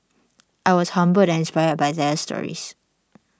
I was humbled and inspired by their stories